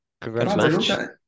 Congratulations